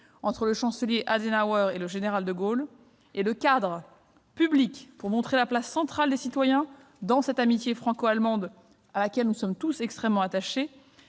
entre le Chancelier Adenauer et le général de Gaulle, et du cadre public, qui témoignent de la place centrale des citoyens dans cette amitié franco-allemande, à laquelle nous sommes tous extrêmement attachés,